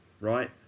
right